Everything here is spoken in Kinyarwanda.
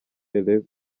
elle